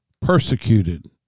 persecuted